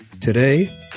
Today